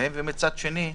מצד שני,